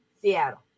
Seattle